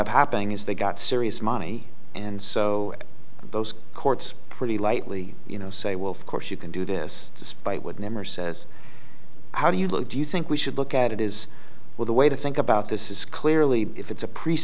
up happening is they got serious money and so those courts pretty lightly you know say wolf course you can do this despite what never says how do you look do you think we should look at it is well the way to think about this is clearly if it's a pr